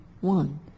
one